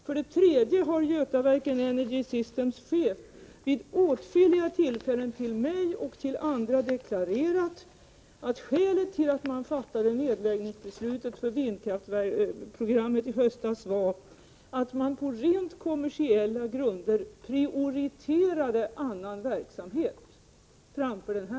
För det tredje har chefen för Götaverken Energy System vid åtskilliga tillfällen för mig och andra deklarerat att skälet till att man i höstas fattade beslut om att lägga ned vindkraftsprogrammet var att man på rent kommersiella grunder prioriterade annan verksamhet framför denna.